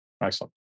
Excellent